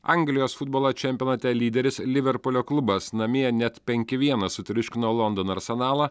anglijos futbolo čempionate lyderis liverpulio klubas namie net penki vienas sutriuškino londono arsenalą